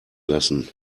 lassen